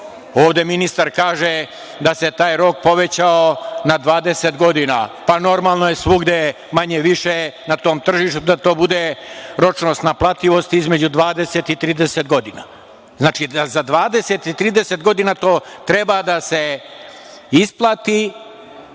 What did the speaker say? roka. Ovde ministar kaže da se taj rok povećao na 20 godina. Pa, normalno, svuda je negde manje više na tom tržištu da ročnost naplativosti bude između 20 i 30 godina. Znači, da za 20 i 30 godina to treba da se isplati